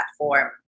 platform